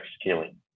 scaling